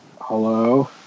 Hello